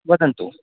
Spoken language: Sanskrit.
वदन्तु